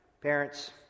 parents